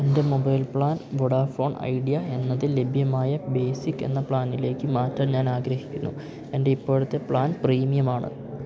എൻ്റെ mobile plan Vodafone Idea എന്നതിൽ ലഭ്യമായ ബേസിക്കെന്ന പ്ലാനിലേക്ക് മാറ്റാൻ ഞാനാഗ്രഹിക്കുന്നു എൻ്റെ ഇപ്പോഴത്തെ പ്ലാൻ പ്രീമിയമാണ്